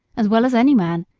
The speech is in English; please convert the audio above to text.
as well as any man,